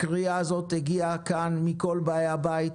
הקריאה הזאת הגיעה מכל באי הבית,